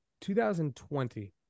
2020